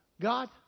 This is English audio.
God